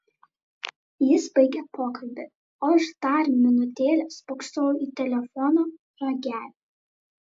jis baigė pokalbį o aš dar minutėlę spoksojau į telefono ragelį